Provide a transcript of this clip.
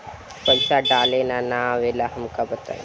पईसा डाले ना आवेला हमका बताई?